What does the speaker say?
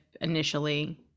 initially